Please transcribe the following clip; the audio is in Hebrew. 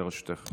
לרשותך.